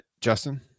justin